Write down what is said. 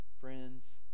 friends